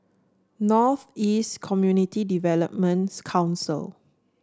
North East Community Developments Council